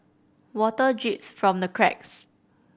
water drips from the cracks